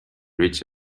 reach